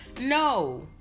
No